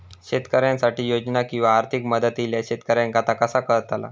शेतकऱ्यांसाठी योजना किंवा आर्थिक मदत इल्यास शेतकऱ्यांका ता कसा कळतला?